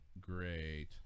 Great